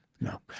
No